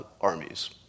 armies